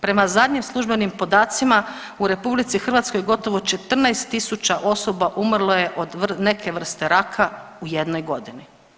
Prema zadnjim službenim podacima u RH gotovo 14.000 osoba umrlo je od neke vrste raka u jednoj godini.